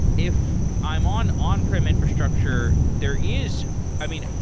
if i'm on on-prem infrastructure, there is i mean,